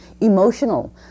emotional